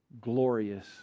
glorious